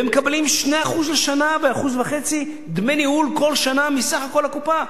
ומקבלים 2% לשנה ב-1.5% דמי ניהול כל שנה מסך הקופה.